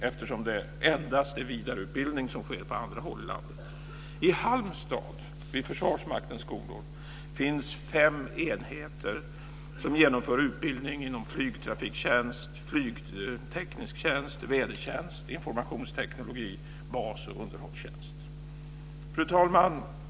På andra håll i landet förekommer endast vidareutbildning. Vid Försvarsmaktens skolor i Halmstad finns fem enheter som genomför utbildning inom flygtrafiktjänst, flygteknisk tjänst, vädertjänst, informationsteknik samt bas och underhållstjänst. Fru talman!